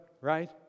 right